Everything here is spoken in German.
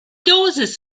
dosis